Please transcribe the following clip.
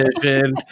vision